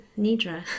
nidra